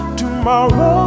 tomorrow